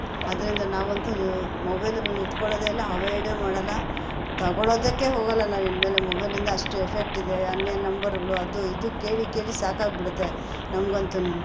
ಅದರಿಂದ ನಾವಂತು ಮೊಬೈಲುಗಳ್ನ ಇಟ್ಕೊಳ್ಳೋದೇ ಇಲ್ಲ ಹವೈಡು ಮಾಡೋಲ್ಲ ತಗೊಳೊದಕ್ಕೆ ಹೋಗೋಲ್ಲ ನಾವು ಇನ್ಮೇಲೆ ಮೊಬೈಲಿಂದ ಅಷ್ಟು ಎಫೆಕ್ಟ್ ಇದೆ ಅನ್ಯೋನ್ ನಂಬರ್ಗಳು ಅದು ಇದು ಕೇಳಿ ಕೇಳಿ ಸಾಕಾಗಿಬಿಡತ್ತೆ ನಮ್ಗಂತುನು